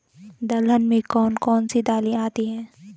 दलहन में कौन कौन सी दालें आती हैं?